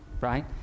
right